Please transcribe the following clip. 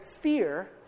fear